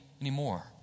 anymore